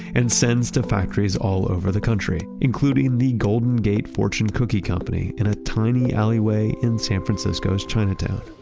and sends to factories all over the country, including the golden gate fortune cookie company in a tiny alleyway in san francisco's chinatown